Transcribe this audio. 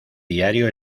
diario